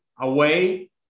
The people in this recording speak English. away